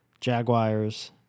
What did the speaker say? Jaguars